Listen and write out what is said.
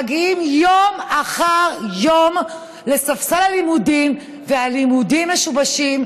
מגיעים יום אחר יום לספסל הלימודים והלימודים משובשים,